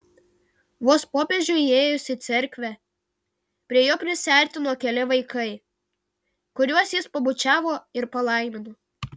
vos popiežiui įėjus į cerkvę prie jo prisiartino keli vaikai kuriuos jis pabučiavo ir palaimino